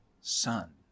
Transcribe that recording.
son